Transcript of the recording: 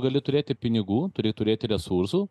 gali turėti pinigų turi turėti resursų